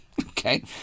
Okay